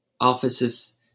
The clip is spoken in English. offices